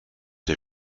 der